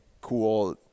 Cool